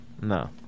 No